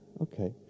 okay